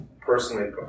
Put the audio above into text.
personally